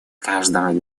каждым